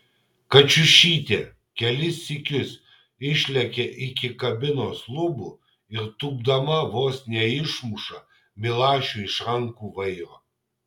kačiušytė kelis sykius išlekia iki kabinos lubų ir tūpdama vos neišmuša milašiui iš rankų vairo